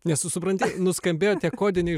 nes tu supranti nuskambėjo tie kodiniai